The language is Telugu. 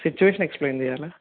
సిట్యుయేషన్ ఎక్స్ప్లైన్ చేయాల